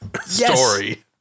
story